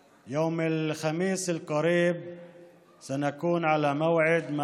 הערבית, להלן תרגומם: